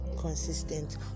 consistent